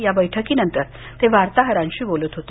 या बैठकीनंतर ते वार्ताहरांशी बोलत होते